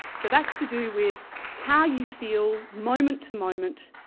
so that's to do with how you feel moment to moment,